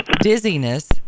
Dizziness